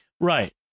Right